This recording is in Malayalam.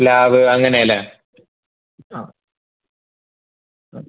പ്ലാവ് അങ്ങനെയല്ലേ ആ ആ